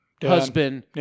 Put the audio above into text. Husband